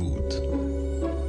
שהחברה הישראלית תראה את